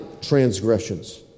transgressions